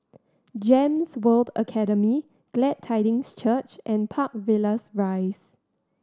GEMS World Academy Glad Tidings Church and Park Villas Rise